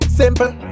simple